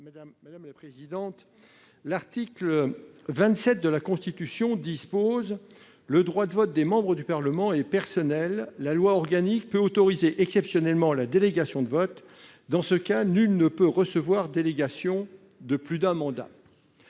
Madame la présidente, l'article 27 de la Constitution dispose :«[...] Le droit de vote des membres du Parlement est personnel. La loi organique peut autoriser exceptionnellement la délégation de vote. Dans ce cas, nul ne peut recevoir délégation de plus d'un mandat. »